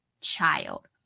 child